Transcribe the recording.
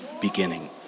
beginning